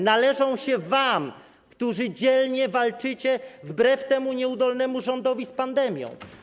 Należą się wam, którzy dzielnie walczycie, wbrew temu nieudolnemu rządowi, z pandemią.